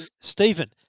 Stephen